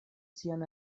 sian